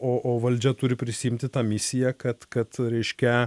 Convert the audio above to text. o o valdžia turi prisiimti tą misiją kad kad reiškia